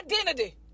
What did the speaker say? identity